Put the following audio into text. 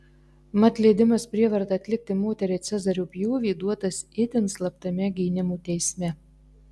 mat leidimas prievarta atlikti moteriai cezario pjūvį duotas itin slaptame gynimo teisme